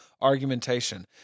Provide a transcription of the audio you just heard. argumentation